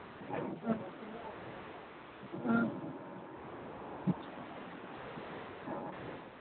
ꯑꯥ